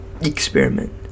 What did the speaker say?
experiment